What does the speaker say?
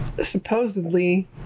supposedly